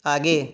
आगे